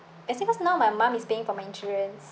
as in cause now my mum is paying for my insurance